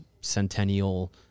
centennial